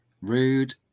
rude